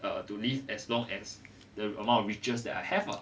err to live as long as the amount of riches that I have ah